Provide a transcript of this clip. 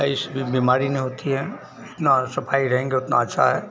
सफाई इसलिए बीमारी न होती है जितना सफाई से रहेंगे उतना अच्छा है